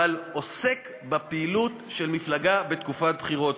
אבל עוסק בפעילות של מפלגה בתקופת בחירות,